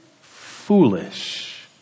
foolish